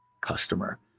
customer